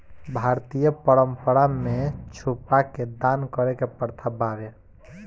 भारतीय परंपरा में छुपा के दान करे के प्रथा बावे